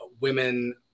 women